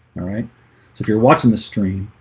all right, so if you're watching the stream